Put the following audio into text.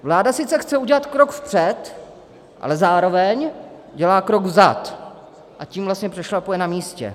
Vláda sice chce udělat krok vpřed, ale zároveň dělá krok vzad, a tím vlastně přešlapuje na místě.